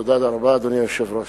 תודה רבה, אדוני היושב-ראש.